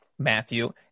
Matthew